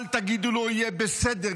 אל תגידו לו "יהיה בסדר",